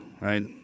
right